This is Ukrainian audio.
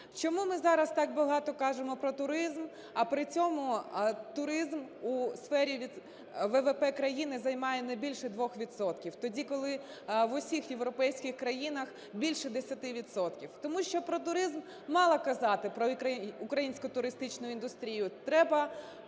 Чому ми зараз так багато кажемо про туризм, а при цьому туризм у сфері ВВП країни займає не більше 2 відсотків, тоді, коли в усіх європейських країнах більше 10 відсотків? Тому що про туризм мало казати, про українську туристичну індустрію, треба